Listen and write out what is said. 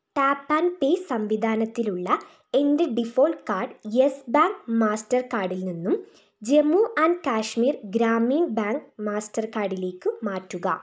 tap and pay സംവിധാനത്തിലുള്ള എൻ്റെ default card Yes Bank മാസ്റ്റർകാർഡിൽ നിന്നും ജമ്മു ആൻഡ് കശ്മീർ ഗ്രാമീൺ ബാങ്ക് മാസ്റ്റർകാർഡിലേക്കു മാറ്റുക